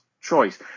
choice